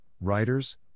writers